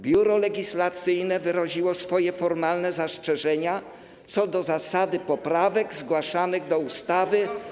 Biuro Legislacyjne wyraziło swoje formalne zastrzeżenia co do zasady poprawek zgłaszanych do ustawy ratyfikacyjnej.